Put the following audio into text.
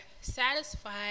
satisfied